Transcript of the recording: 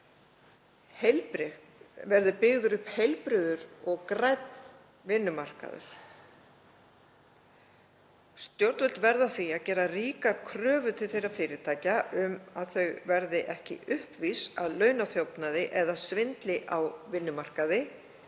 hér verði byggðu upp heilbrigður og grænn vinnumarkaður. Stjórnvöld verða að gera ríkar kröfur til fyrirtækja um að þau verði ekki uppvís að launaþjófnaði eða svindli á vinnumarkaði,